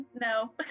No